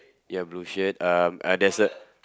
ya blue shirt um uh there's a